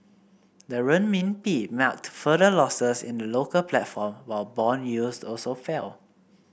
the Renminbi marked further losses in the local platform while bond yields also fell